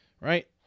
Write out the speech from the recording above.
right